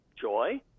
joy